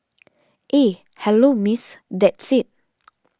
eh hello Miss that's it